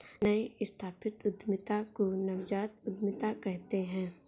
नई स्थापित उद्यमिता को नवजात उद्दमिता कहते हैं